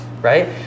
right